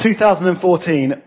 2014